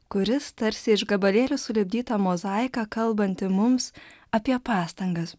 kuris tarsi iš gabalėlių sulipdyta mozaika kalbanti mums apie pastangas